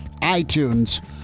iTunes